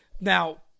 Now